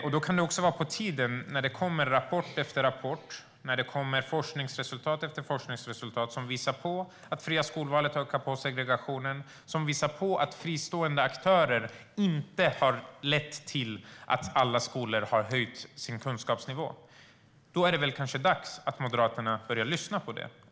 När det kommer rapport efter rapport och forskningsresultat efter forskningsresultat som visar att det fria skolvalet ökar segregationen, som visar att fristående aktörer inte har lett till att alla skolor har höjt sin kunskapsnivå, är det kanske dags att Moderaterna börjar lyssna på det.